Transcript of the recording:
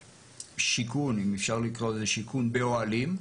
שהם שיכון, אם אפשר לקרוא לזה שיכון, באוהלים.